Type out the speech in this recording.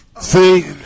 See